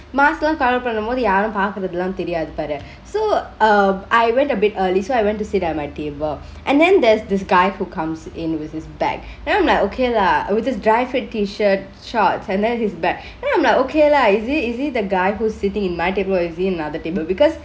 mask லா:laa cover பன்னும்போது யாரு பாக்கரதெல்லா தெரியாது பாரு:pannumpothu yaaro paarkarathella teriyathu paaru so err I went a bit early so I went to sit at my table and then there's this guy who comes in with his bag then I'm like okay lah oh just dri-fit t-shirt shorts and then his bag then I'm like okay lah is it is it the guy who's sittingk in my table or he in another table because